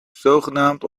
zogenaamd